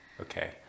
Okay